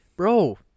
Bro